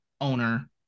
owner